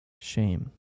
Shame